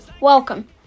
welcome